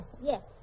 Yes